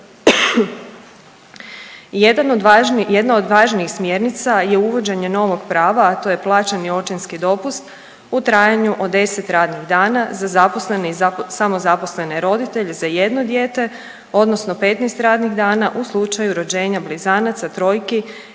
jedna od važnijih smjernica je uvođenje novog prava, a to je plaćeni očinski dopust u trajanju od 10 radnih dana za zaposlene i samozaposlene roditelje za jedno dijete odnosno 15 radnih dana u slučaju rođenja blizanaca, trojki